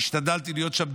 השתדלתי להיות שם